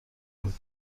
بود